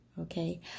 okay